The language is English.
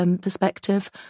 perspective